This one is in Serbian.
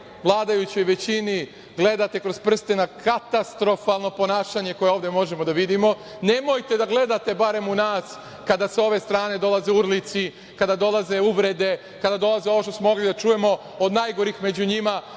vladajućoj većini, gledate kroz prste na katastrofalno ponašanje koje je ovde možemo da vidimo, nemojte da gledate barem u nas kada sa ove strane dolaze urlici, kada dolaze uvrede, kada dolazi ovo što smo morali da čujemo od najgorih među njima